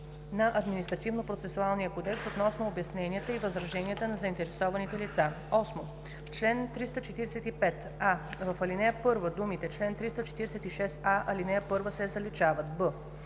на Административнопроцесуалния кодекс относно обясненията и възраженията на заинтересованите лица.” 8. В чл. 345: а) в ал. 1 думите „чл. 346а, ал. 1“ се заличават; б)